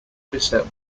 beset